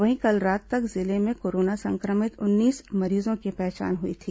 वहीं कल रात तक जिले में कोरोना संक्रमित उन्नीस मरीजों की पहचान हई थी